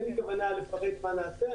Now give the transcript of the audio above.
אין לי כוונה לפרט מה נעשה.